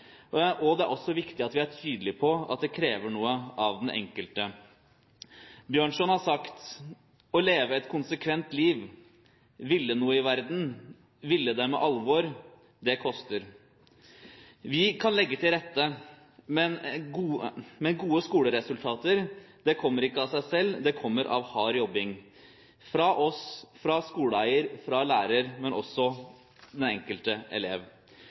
skole. Det er også viktig at vi er tydelige på at det krever noe av den enkelte. Bjørnson har sagt: «Å leve et konsekvent liv, ville noe i verden, ville det med alvor – det koster.» Vi kan legge til rette, men gode skoleresultater kommer ikke av seg selv. Det kommer av hard jobbing fra oss – fra skoleeier, fra lærer, men også fra den enkelte elev.